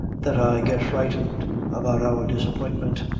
that i get frightened about our disappointment,